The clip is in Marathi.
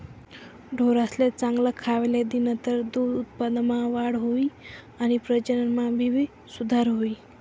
ढोरेसले चांगल खावले दिनतर दूध उत्पादनमा वाढ हुई आणि प्रजनन मा भी सुधार हुई